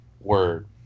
word